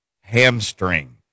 hamstring